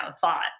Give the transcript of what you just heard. thought